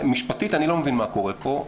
משפטית אני לא מבין מה קורה פה,